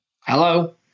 Hello